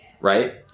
right